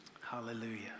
Hallelujah